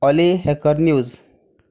oly hacker news